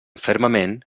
fermament